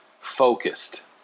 focused